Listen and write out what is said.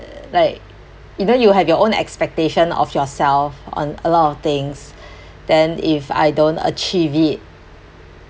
like even you have your own expectation of yourself on a lot of things then if I don't achieve it